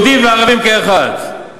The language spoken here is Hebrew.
יהודים וערבים כאחד,